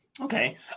okay